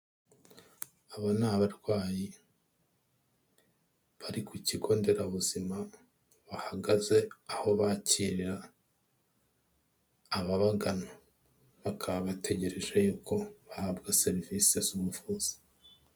Aba ni abarwayi bari ku kigo nderabuzima, bahagaze aho bakirira ababagana, bakaba bategereje yuko bahabwa serivisi z'ubuvuzi.